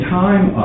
time